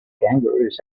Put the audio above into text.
kangaroos